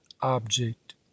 object